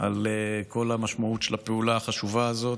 על כל המשמעות של הפעולה החשובה הזאת,